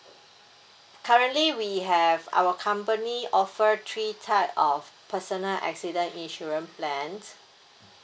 currently we have our company offer three type of personal accident insurance plans